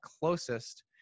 closest